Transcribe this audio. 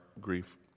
grief